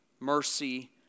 mercy